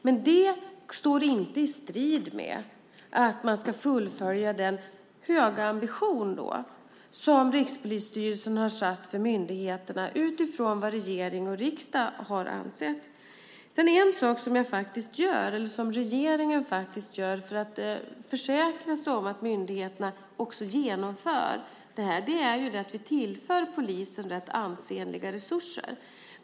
Men det står inte i strid med att man ska fullfölja den höga ambition som Rikspolisstyrelsen har satt för myndigheterna utifrån vad regering och riksdag har ansett. En sak som regeringen faktiskt gör för att försäkra sig om att myndigheterna också genomför detta är att tillföra polisen rätt ansenliga resurser.